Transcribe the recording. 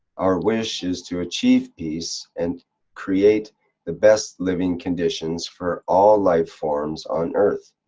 our wish is to achieve peace and create the best living conditions for all life forms on earth.